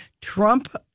Trump